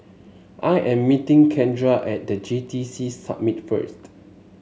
I am meeting Kendra at The J T C Summit first